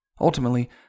Ultimately